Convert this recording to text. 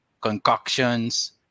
concoctions